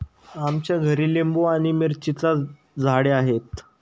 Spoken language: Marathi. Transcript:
आमच्या घरी लिंबू आणि मिरचीची झाडे आहेत